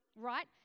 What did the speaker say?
right